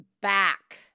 back